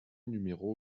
numéro